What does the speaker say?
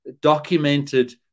documented